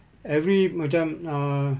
every macam uh